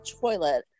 toilet